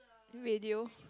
radio